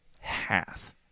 half